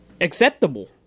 acceptable